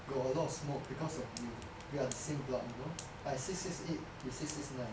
got a lot of smoke because of you we are the same block you know I six six eight you six six nine